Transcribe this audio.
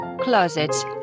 closets